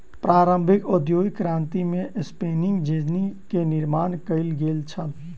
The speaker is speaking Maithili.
प्रारंभिक औद्योगिक क्रांति में स्पिनिंग जेनी के निर्माण कयल गेल छल